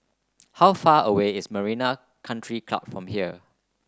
how far away is Marina Country Club from here